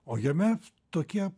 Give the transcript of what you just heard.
o jame tokie